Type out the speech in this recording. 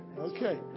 Okay